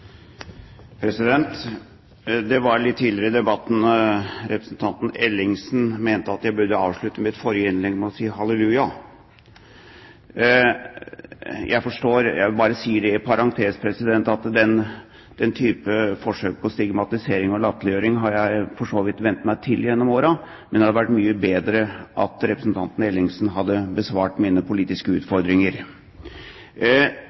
Litt tidligere i debatten mente representanten Ellingsen at jeg burde avsluttet mitt forrige innlegg med å si «halleluja». Jeg vil bare i parentes si at den type forsøk på stigmatisering og latterliggjøring har jeg for så vidt vent meg til gjennom årene, men det hadde vært mye bedre at representanten Ellingsen hadde besvart mine politiske